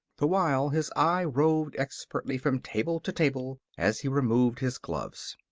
the while his eye roved expertly from table to table as he removed his gloves.